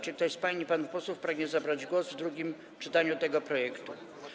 Czy ktoś z pań i panów posłów pragnie zabrać głos w drugim czytaniu tego projektu?